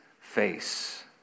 face